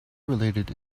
related